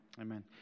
Amen